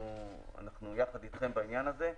אנחנו יחד איתכם בעניין הזה.